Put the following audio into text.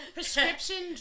Prescription